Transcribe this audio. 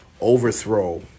Overthrow